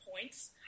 points